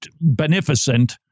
beneficent